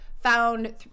found